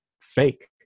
fake